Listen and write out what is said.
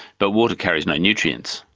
but water carries no nutrients,